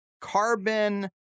carbon